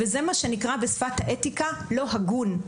זה מה שנקרא בשפת האתיקה: לא הגון.